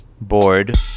bored